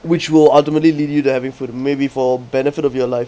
which will ultimately lead you to having food maybe for benefit of your life